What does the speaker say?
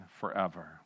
forever